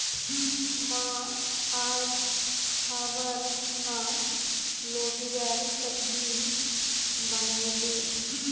मां, आइज खबार खूना लोबियार सब्जी बनइ दे